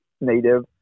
native